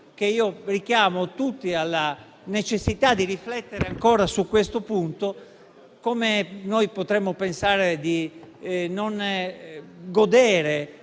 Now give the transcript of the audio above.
che io richiamo tutti alla necessità di riflettere ancora su questo punto. Come noi potremmo pensare di non godere